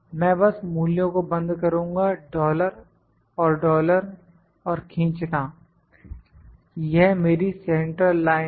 मैं बस मूल्यों को बंद करुंगा डॉलर और डॉलर और खींचना यह मेरी सेंट्रल लाइन है